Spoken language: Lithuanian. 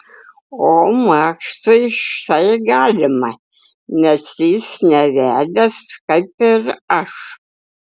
o maksui štai galima nes jis nevedęs kaip ir aš